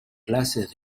clases